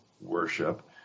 worship